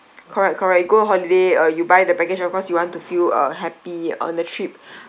correct correct go holiday uh you buy the package of course you want to feel uh happy on the trip